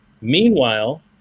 Meanwhile